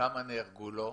כמה נהרגו לו,